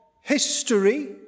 history